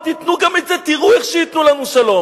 אז תיתנו גם את זה, תראו איך שייתנו לנו שלום.